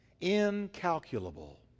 incalculable